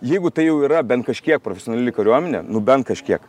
jeigu tai jau yra bent kažkiek profesionali kariuomenė bent kažkiek